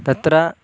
तत्र